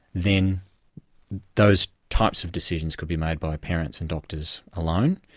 then those types of decisions could be made by parents and doctors alone,